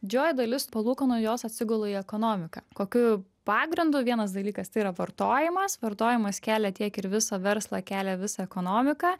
didžioji dalis palūkanų jos atsigula į ekonomiką kokiu pagrindu vienas dalykas tai yra vartojimas vartojimas kelia tiek ir visą verslą kelia visą ekonomiką